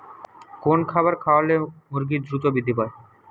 কোন খাবার খাওয়ালে মুরগি দ্রুত বৃদ্ধি পায়?